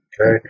Okay